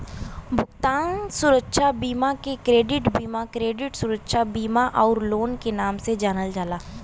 भुगतान सुरक्षा बीमा के क्रेडिट बीमा, क्रेडिट सुरक्षा बीमा आउर लोन के नाम से जानल जाला